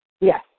Yes